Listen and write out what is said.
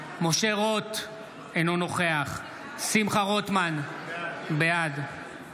בעד משה רוט, אינו נוכח שמחה רוטמן, בעד